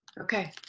okay